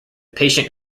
patient